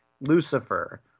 Lucifer